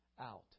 out